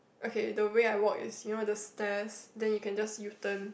okay the way I walk is you know the stairs then you can just use turn